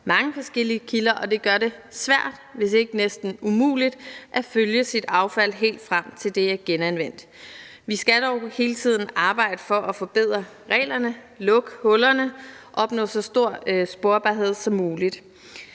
mange forskellige kilder, og det gør det svært, hvis ikke næsten umuligt, at følge sit affald, helt frem til det er genanvendt. Vi skal dog hele tiden arbejde for at forbedre reglerne, lukke hullerne og opnå så stor sporbarhed som muligt.